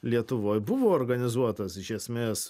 lietuvoj buvo organizuotas iš esmės